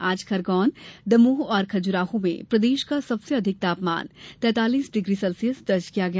आज खरगौन दमोह और खजुराहो में प्रदेश का सबसे अधिक तापमान तैतालीस डिग्री सेल्सियस दर्ज किया गया